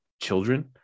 children